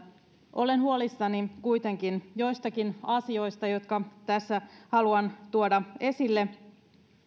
olen huolissani kuitenkin joistakin asioista jotka tässä haluan tuoda esille